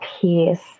peace